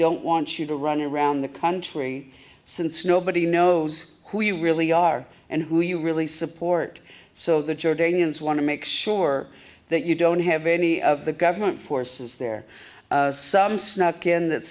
don't want you to run around the country since nobody knows who you really are and who you really support so the jordanians want to make sure that you don't have any of the government forces there some snuck in that